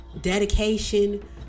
dedication